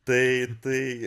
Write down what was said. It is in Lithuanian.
tai tai